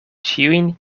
ĉiujn